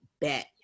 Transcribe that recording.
bet